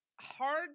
hard